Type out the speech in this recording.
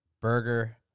Burger